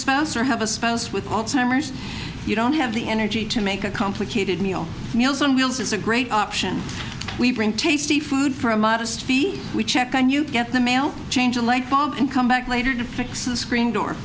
spouse or have a spouse with alzheimer's you don't have the energy to make a complicated meal meals on wheels is a great option we bring tasty food for a modest fee we check on you get the mail change a lightbulb and come back later to fix the screen door